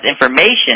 information